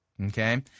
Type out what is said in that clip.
Okay